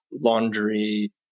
laundry